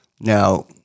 Now